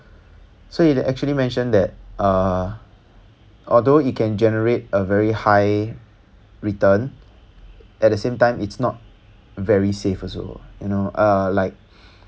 so he actually mentioned that uh although it can generate a very high return at the same time it's not very safe also you know uh like